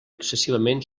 excessivament